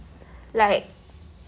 like